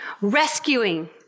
rescuing